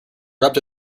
rubbed